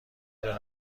دونم